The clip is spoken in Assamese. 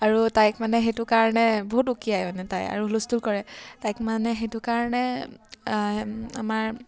আৰু তাইক মানে সেইটো কাৰণে বহুত উকিয়াই মানে তাই আৰু বহুত হুলস্থুল কৰে তাইক মানে সেইটো কাৰণে আমাৰ